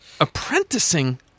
apprenticing